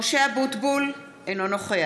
(קוראת בשמות חברי הכנסת) משה אבוטבול, אינו נוכח